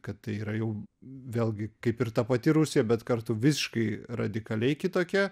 kad tai yra jau vėlgi kaip ir ta pati rusija bet kartu visiškai radikaliai kitokia